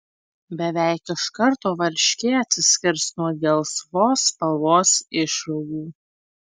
beveik iš karto varškė atsiskirs nuo gelsvos spalvos išrūgų